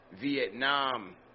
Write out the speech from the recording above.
Vietnam